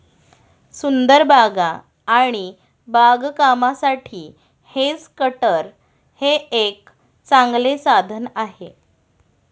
सुंदर बागा आणि बागकामासाठी हेज कटर हे एक चांगले साधन आहे